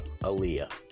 Aaliyah